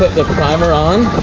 the primer on,